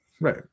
Right